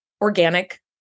organic